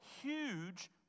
huge